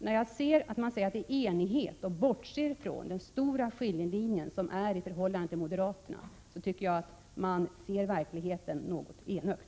När man säger att det råder enighet och bortser ifrån den stora skiljelinjen i förhållandet till moderaterna, tycker jag att man ser verkligheten något enögt.